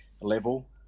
level